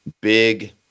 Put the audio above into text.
big